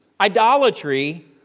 Idolatry